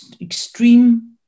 extreme